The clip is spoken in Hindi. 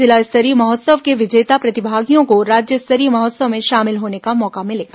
जिला स्तरीय महोत्सव के विजेता प्रतिभागियों को राज्य स्तरीय महोत्सव में शामिल होने का मौका मिलेगा